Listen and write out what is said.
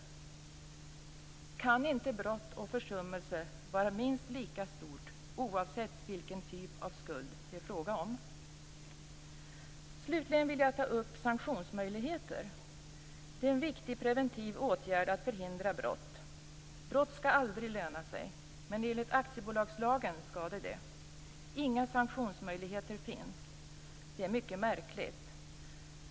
Kan inte brotten och försummelserna vara lika stora oavsett vilken typ av skuld det är fråga om? Slutligen vill jag ta upp sanktionsmöjligheter. Det är en viktig preventiv åtgärd när det gäller att förhindra brott. Brott skall aldrig löna sig, men enligt aktiebolagslagen skall de det. Inga sanktionsmöjligheter finns. Det är mycket märkligt.